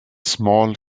smal